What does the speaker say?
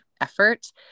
effort